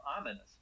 ominous